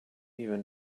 even